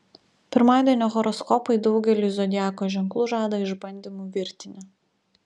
pirmadienio horoskopai daugeliui zodiako ženklų žada išbandymų virtinę